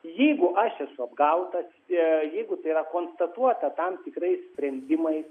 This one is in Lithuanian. jeigu aš esu apgautas jeigu tai yra konstatuota tam tikrais sprendimais